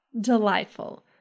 Delightful